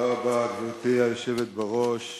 תודה רבה, גברתי היושבת בראש.